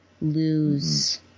lose